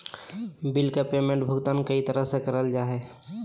bill के payment भुगतान कई तरह से कर सको हइ